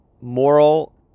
moral